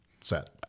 set